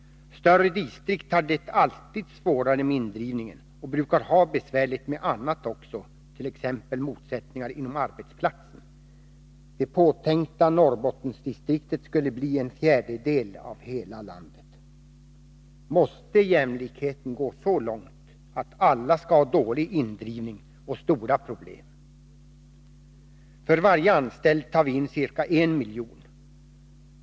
Större distrikt har det alltid svårare med indrivningen och brukar ha besvärligt med annat också, t.ex. motsättningar inom arbetsplatsen. Det påtänkta Norrbottensdistriktet skulle bli en fjärdedel av hela landet! Måste jämlikheten gå så långt att alla ska ha dålig indrivning och stora problem? För varje anställd tar vi in cirka en miljon.